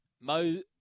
Mo